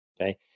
okay